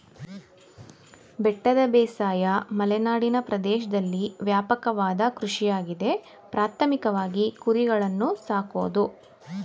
ಬೆಟ್ಟದ ಬೇಸಾಯ ಮಲೆನಾಡಿನ ಪ್ರದೇಶ್ದಲ್ಲಿ ವ್ಯಾಪಕವಾದ ಕೃಷಿಯಾಗಿದೆ ಪ್ರಾಥಮಿಕವಾಗಿ ಕುರಿಗಳನ್ನು ಸಾಕೋದು